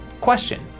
Question